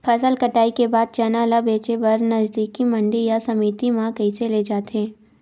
फसल कटाई के बाद चना ला बेचे बर नजदीकी मंडी या समिति मा कइसे ले जाथे?